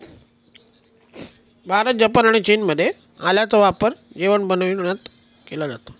Bharat, Japan आणि चीनमध्ये आल्याचा वापर जेवण बनविण्यात केला जातो